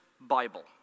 Bible